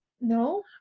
no